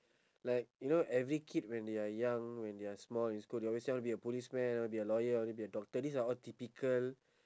like you know every kid when they are young when they are small in school they always say I wanna be a policeman I wanna be a lawyer I wanna be a doctor these are all typical